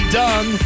done